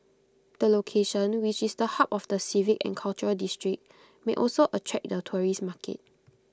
the location which is the hub of the civic and cultural district may also attract the tourist market